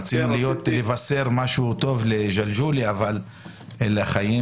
רצינו לבשר משהו טוב לג'לג'וליה, אבל אלה החיים.